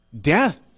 Death